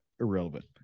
irrelevant